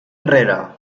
enrere